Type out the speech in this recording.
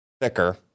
thicker